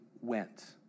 went